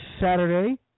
Saturday